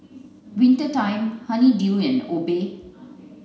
Winter Time Honey Dew and Obey